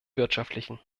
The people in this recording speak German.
wirtschaftlichen